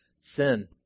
sin